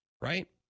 Right